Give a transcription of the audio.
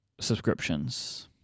Subscriptions